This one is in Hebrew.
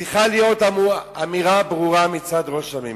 צריכה להיות אמירה ברורה מצד ראש הממשלה,